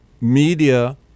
media